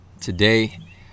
today